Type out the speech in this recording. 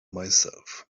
myself